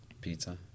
pizza